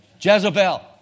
Jezebel